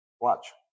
Watch